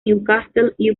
newcastle